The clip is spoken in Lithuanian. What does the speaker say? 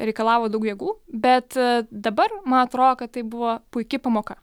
reikalavo daug jėgų bet dabar man atrodo kad tai buvo puiki pamoka